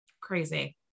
Crazy